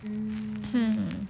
um